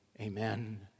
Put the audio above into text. Amen